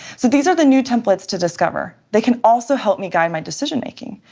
so these are the new templates to discover. they can also help me guide my decision-making.